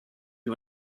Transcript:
you